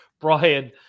Brian